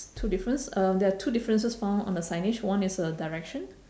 two difference um there are two differences found on the signage one is uh direction